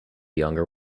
younger